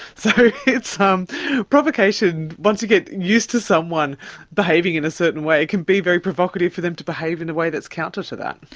so it's um provocation, once you get used to someone behaving in a certain way, it can be very provocative for them to behave in a way that's counter to that.